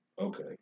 Okay